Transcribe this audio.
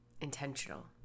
intentional